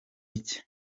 iki